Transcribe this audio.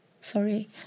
Sorry